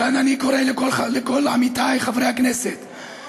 מכאן אני קורא לכל עמיתיי חברי הכנסת בכנסת הזאת,